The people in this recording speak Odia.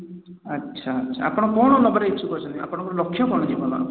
ଆଚ୍ଛା ଆଚ୍ଛା ଆପଣ କ'ଣ ନେବାରେ ଇଚ୍ଛୁକ ଅଛନ୍ତି ଆପଣଙ୍କ ଲକ୍ଷ୍ୟ କ'ଣ ଜୀବନର